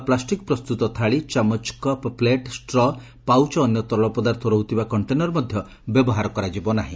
plastic ପ୍ରସ୍ତୁତ ଥାଳି ଚାମଚ କପ୍ ପ୍ଲେଟ୍ ଷ୍ଟ୍ ପାଉଚ୍ ଓ ଅନ୍ୟ ତରଳ ପଦାର୍ଥ ରହୁଥିବା କକ୍ଷେନର ମଧ୍ୟ ବ୍ୟବହାର କରାଯିବ ନାହି